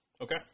Okay